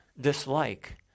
dislike